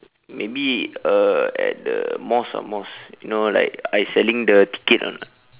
maybe uh at the mosque ah mosque you know like I selling the ticket or not